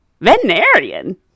veterinarian